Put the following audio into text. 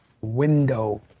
Window